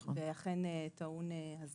הרבה הורים ידעו שאפשר בזכותם, הם לא ידעו אפילו.